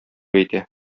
әйтә